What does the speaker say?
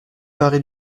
parer